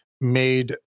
made